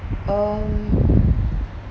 um